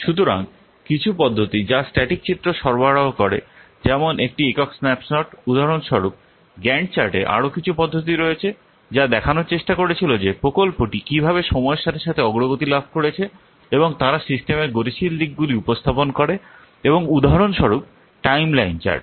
সুতরাং কিছু পদ্ধতি যা স্ট্যাটিক চিত্র সরবরাহ করে যেমন একটি একক স্ন্যাপশট উদাহরণস্বরূপ গ্যান্ট চার্টে আরও কিছু পদ্ধতি রয়েছে যা দেখানোর চেষ্টা করেছিল যে প্রকল্পটি কীভাবে সময়ের সাথে সাথে অগ্রগতি লাভ করেছে এবং তারা সিস্টেমের গতিশীল দিকগুলি উপস্থাপন করে এবং উদাহরণস্বরূপ টাইমলাইন চার্ট